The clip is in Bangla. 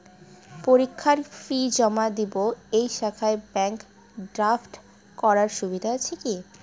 পরীক্ষার ফি জমা দিব এই শাখায় ব্যাংক ড্রাফট করার সুবিধা আছে কি?